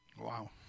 Wow